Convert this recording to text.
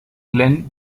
glen